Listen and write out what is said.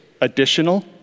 additional